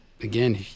again